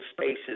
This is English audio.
spaces